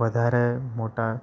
વધારે મોટા